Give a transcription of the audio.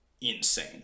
insane